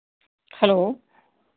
hello